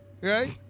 right